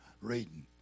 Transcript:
reading